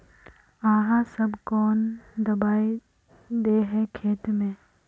आहाँ सब कौन दबाइ दे है खेत में?